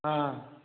ହଁ